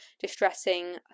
distressing